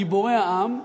גיבורי העם,